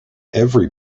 every